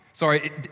sorry